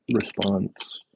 response